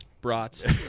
brats